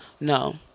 no